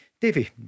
Davey